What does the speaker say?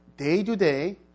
day-to-day